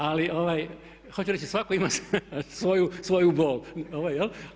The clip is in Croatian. Ali, hoću reći svatko ima svoju bol.